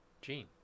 Gene